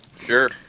sure